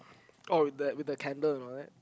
oh with the with the candle and all that